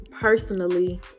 personally